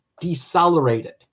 decelerated